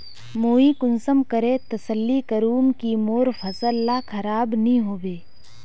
मुई कुंसम करे तसल्ली करूम की मोर फसल ला खराब नी होबे?